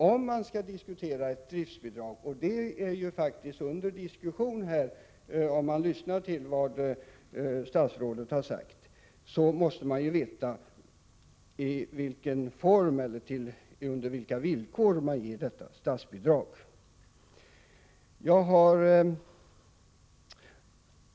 Om vi skall diskutera ett driftsbidrag — och om man lyssnar till vad statsrådet har sagt finner man att det faktiskt är under diskussion — måste vi veta i vilken form och under vilka villkor ett sådant statsbidrag skall ges.